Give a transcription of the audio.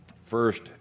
First